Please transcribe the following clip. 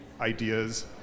ideas